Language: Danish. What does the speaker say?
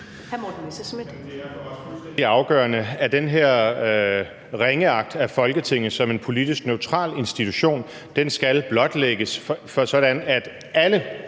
afgørende, at den her ringeagt af Folketinget som en politisk neutral institution skal blotlægges ved, at alle